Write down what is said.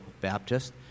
Baptist